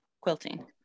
quilting